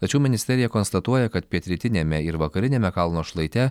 tačiau ministerija konstatuoja kad pietrytiniame ir vakariniame kalno šlaite